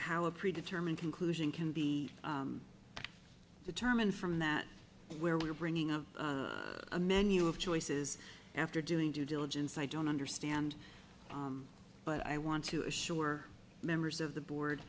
how a pre determined conclusion can be determined from that where we are bringing up a menu of choices after doing due diligence i don't understand but i want to assure members of the board